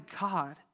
God